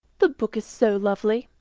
the book is so lovely.